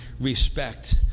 respect